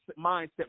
mindset